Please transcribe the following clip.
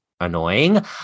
annoying